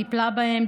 טיפלה בהם,